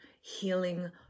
healing